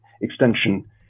extension